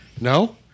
No